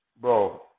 Bro